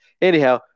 anyhow